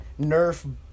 nerf